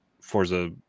forza